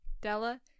Della